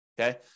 Okay